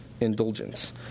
Indulgence